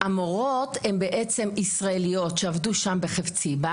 המורות הן ישראליות שעבדו שם בחפציבה